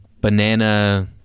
banana